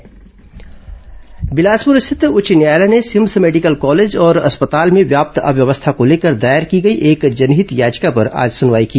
CIMS high court Bilaspur स्थित उच्च न्यायालय ने सिम्स मेडिकल कॉलेज और अस्पताल में व्याप्त अव्यवस्था को लेकर दायर की गई एक जनहित याचिका पर आज सनवाई की